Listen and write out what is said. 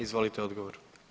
Izvolite odgovor.